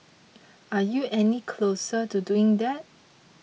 are you any closer to doing that